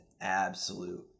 absolute